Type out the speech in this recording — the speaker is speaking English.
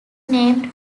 named